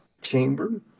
Chamber